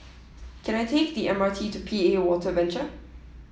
can I take the MRT to P A Water Venture